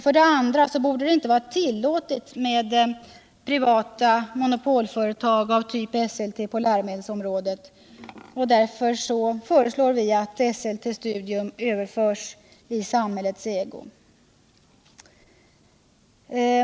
För det andra borde det inte vara tillåtet med ett privat monopolföretag av typ Esselte på läromedelsområdet, varför vi föreslår att Esselte Studium överförs i samhällets ägo.